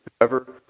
whoever